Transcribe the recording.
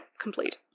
complete